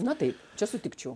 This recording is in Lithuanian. na tai čia sutikčiau